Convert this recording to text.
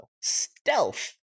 Stealth